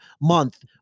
month